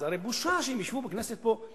זה הרי בושה שהם ישבו בכנסת פה,